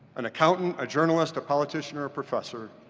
an accountant, a journalist, a politician or a professor,